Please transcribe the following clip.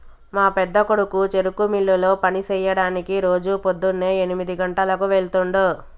మా పెద్దకొడుకు చెరుకు మిల్లులో పని సెయ్యడానికి రోజు పోద్దున్నే ఎనిమిది గంటలకు వెళ్తుండు